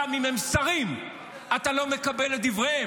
גם אם הם שרים, אתה לא מקבל את דבריהם.